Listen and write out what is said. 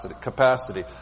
capacity